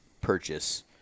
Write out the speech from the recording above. purchase